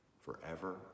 forever